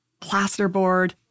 plasterboard